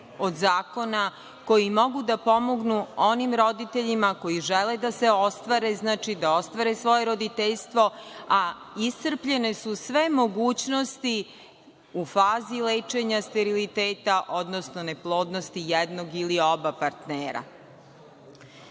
od zakona koji mogu da pomognu onim roditeljima koji žele da se ostvare, znači, da ostvare svoje roditeljstvo, a iscrpljene su sve mogućnosti u fazi lečenja steriliteta, odnosno neplodnosti jednog ili oba partnera. Ono